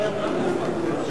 אפשר להוסיף אותי להצבעה?